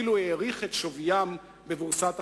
ואפילו העריך את שוויין בבורסת החתימות.